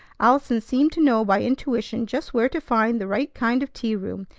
allison seemed to know by intuition just where to find the right kind of tea-room.